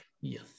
yes